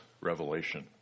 revelation